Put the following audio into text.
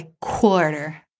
quarter